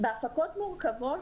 בהפקות מורכבות,